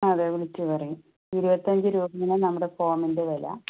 അതെ വിളിച്ച് പറയും ഇരുപത്തിയഞ്ച് രൂപയാണ് നമ്മുടെ ഫോമിൻ്റെ വില